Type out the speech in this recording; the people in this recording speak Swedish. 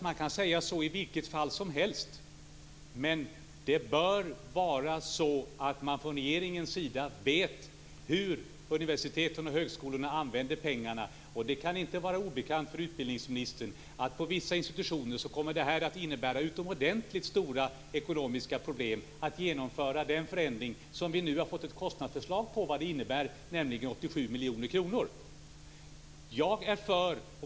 Man kan säga så i vilket fall som helst, men regeringen bör veta hur universiteten och högskolorna använder pengarna. Det kan inte vara obekant för utbildningsministern att vissa institutioner kommer att ha utomordentligt stora ekonomiska problem att genomföra denna förändring, som vi nu har fått ett kostnadsförslag på vad den innebär, nämligen 87 miljoner kronor.